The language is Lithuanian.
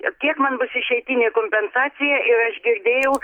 kiek man bus išeitinė kompensacija ir aš girdėjau